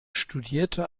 studierte